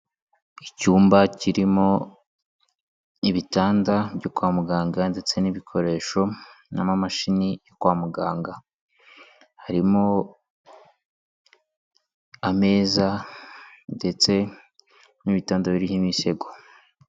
Icyumba kirimo ibitanda byo kwa muganga, ndetse n'ibikoresho n'amamashini yo kwa muganga, harimo ameza, ndetse n'ibitanda biriho imisego.